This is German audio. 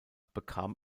bekam